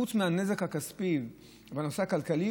חוץ מהנזק הכספי והנושא הכלכלי,